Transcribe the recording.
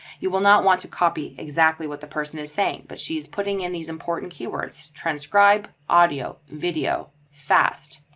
you will not want to copy exactly what the person is saying. but she's putting in these important keywords, transcribe audio video fast.